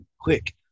quick